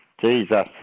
Jesus